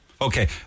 Okay